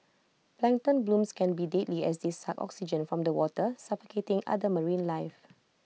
plankton blooms can be deadly as they suck oxygen from the water suffocating other marine life